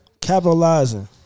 Capitalizing